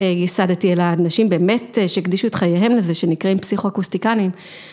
ייסדתי אלא אנשים באמת שהקדישו את חייהם לזה שנקראים פסיכו-אקוסטיקנים.